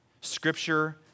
Scripture